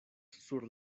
sur